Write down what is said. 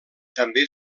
també